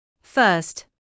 First